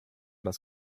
das